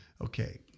Okay